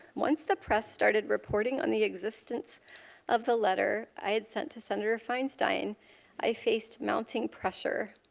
once the press started reporting on the existence of the letter i have sent to senator feinstein i faced mounting pressure.